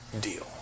deal